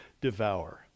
devour